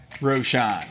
Roshan